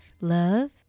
love